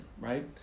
right